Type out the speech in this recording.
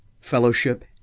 fellowship